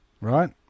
right